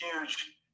huge